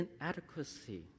inadequacy